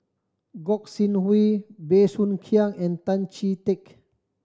Gog Sing Hooi Bey Soo Khiang and Tan Chee Teck